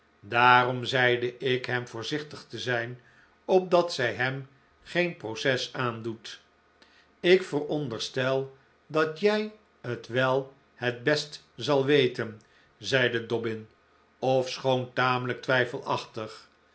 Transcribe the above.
daarom zeide ik hem voorzichtig te zijn opdat zij hem geen proces aandoet ik veronderstel dat jij het wel het best zal weten zeide dobbin ofschoon tamelijk twijfelachtig